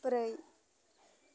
ब्रै